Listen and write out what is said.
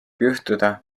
juhtuda